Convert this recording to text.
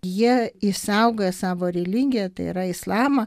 jie išsaugoję savo religiją tai yra islamą